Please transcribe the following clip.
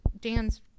dan's